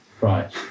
Right